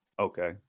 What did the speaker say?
okay